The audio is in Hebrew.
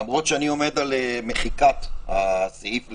למרות שאני עומד על מחיקת הסעיף לגמרי,